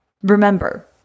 Remember